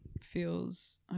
feels